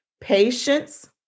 patience